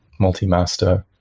multi-master.